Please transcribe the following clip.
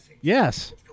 Yes